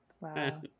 Wow